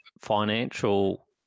financial